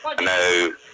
No